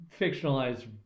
fictionalized